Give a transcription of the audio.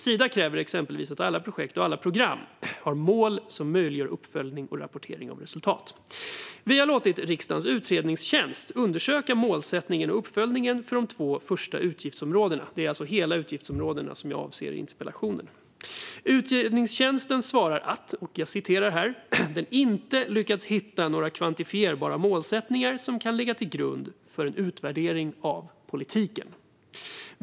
Sida kräver exempelvis att alla projekt och alla program har mål som möjliggör uppföljning och rapportering av resultat. Vi har låtit riksdagens utredningstjänst undersöka målsättningen och uppföljningen för de två första utgiftsområdena. Jag avser alltså hela utgiftsområdena i interpellationen. Utredningstjänsten svarar att man inte lyckats hitta några kvantifierbara målsättningar som kan ligga till grund för en utvärdering av politiken.